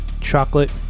chocolate